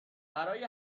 برای